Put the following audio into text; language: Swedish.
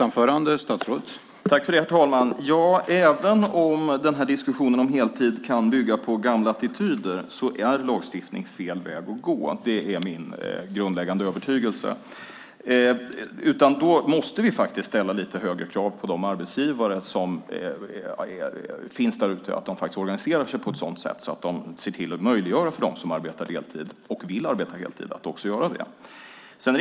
Herr talman! Även om diskussionen om heltid kan bygga på gamla attityder är lagstiftning fel väg att gå. Det är min grundläggande övertygelse. Vi måste faktiskt ställa lite högre krav på de arbetsgivare som finns där ute att de organiserar sig på ett sådant sätt att de ser till att möjliggöra för dem som arbetar deltid och vill arbeta heltid att också göra det.